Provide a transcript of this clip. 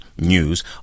news